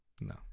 No